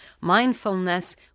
Mindfulness